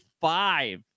five